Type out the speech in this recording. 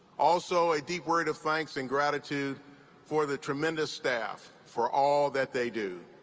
also, a deep word of thanks and gratitude for the tremendous staff for all that they do.